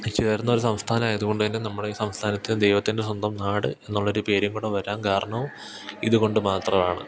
ചേർന്ന ഒരു സംസ്ഥാനം ആയതുകൊണ്ട് തന്നെ നമ്മുടെ ഈ സംസ്ഥാനത്ത് ദൈവത്തിൻ്റെ സ്വന്തം നാട് എന്ന് ഉള്ളൊരു പേരും കൂടെ വരാൻ കാരണവും ഇതുകൊണ്ട് മാത്രമാണ്